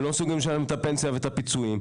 הם לא מסוגלים לשלם את הפנסיה ואת הפיצויים,